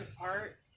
art